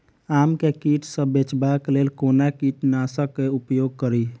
आम केँ कीट सऽ बचेबाक लेल कोना कीट नाशक उपयोग करि?